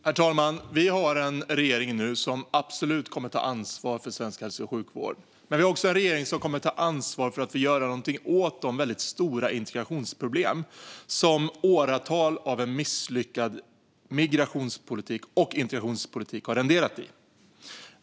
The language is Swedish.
Herr talman! Vi har nu en regering som absolut kommer att ta ansvar för svensk hälso och sjukvård. Men vi har också en regering som kommer att ta ansvar för att göra någonting åt de väldigt stora integrationsproblem som åratal av misslyckad migrationspolitik och integrationspolitik har renderat i.